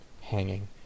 hanging